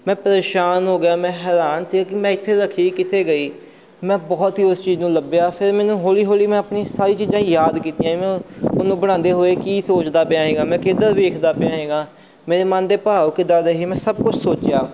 ਮੈਂ ਪਰੇਸ਼ਾਨ ਹੋ ਗਿਆ ਮੈਂ ਹੈਰਾਨ ਸੀ ਕਿ ਮੈਂ ਇੱਥੇ ਰੱਖੀ ਕਿੱਥੇ ਗਈ ਮੈਂ ਬਹੁਤ ਹੀ ਉਸ ਚੀਜ਼ ਨੂੰ ਲੱਭਿਆ ਫਿਰ ਮੈਨੂੰ ਹੌਲੀ ਹੌਲੀ ਮੈਂ ਆਪਣੀ ਸਾਰੀ ਚੀਜ਼ਾਂ ਯਾਦ ਕੀਤੀਆਂ ਮੈਂ ਉਹਨੂੰ ਬਣਾਉਂਦੇ ਹੋਏ ਕੀ ਸੋਚਦਾ ਪਿਆ ਸੀਗਾ ਮੈਂ ਕਿੱਧਰ ਵੇਖਦਾ ਪਿਆ ਸੀਗਾ ਮੇਰੇ ਮਨ ਦੇ ਭਾਵ ਕਿੱਦਾਂ ਦਾ ਸੀ ਮੈਂ ਸਭ ਕੁਝ ਸੋਚਿਆ